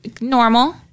normal